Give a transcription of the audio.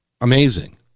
amazing